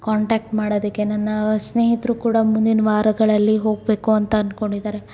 contact ಮಾಡೋದಕ್ಕೆ ನನ್ನ ಸ್ನೇಹಿತರೂ ಕೂಡ ಮುಂದಿನ ವಾರಗಳಲ್ಲಿ ಹೋಗ್ಬೇಕು ಅಂತ ಅಂದ್ಕೊಂಡಿದ್ದಾರೆ